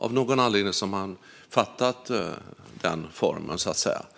Av någon anledning har man fattat beslut om en sådan